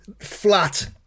flat